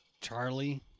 Charlie